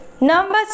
Number